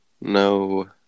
no